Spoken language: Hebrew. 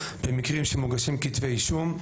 במקרים שמוגשים כתבי אישום,